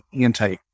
anti